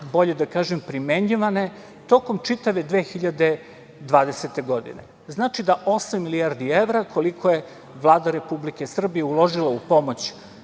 bolje da kažem primenjivane tokom čitave 2020. godine. Znači, da osam milijardi evra, koliko je Vlada Republike Srbije uložila u pomoć